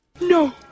No